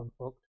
unfucked